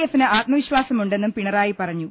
എഫിന് ആത്മവിശ്വാസമുണ്ടെന്നും പിണറായി പറഞ്ഞു